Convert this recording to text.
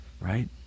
right